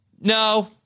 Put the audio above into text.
no